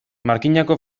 markinako